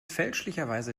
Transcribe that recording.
fälschlicherweise